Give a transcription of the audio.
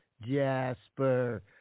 Jasper